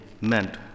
meant